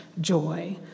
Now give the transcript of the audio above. joy